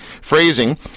Phrasing